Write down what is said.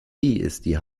die